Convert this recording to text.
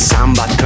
Samba